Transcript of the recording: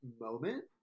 moment